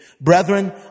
Brethren